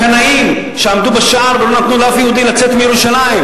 הקנאים שעמדו בשער ולא נתנו לאף יהודי לצאת מירושלים,